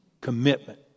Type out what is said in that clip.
commitment